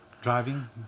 driving